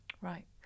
Right